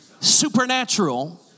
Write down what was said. supernatural